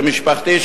למשפחתי,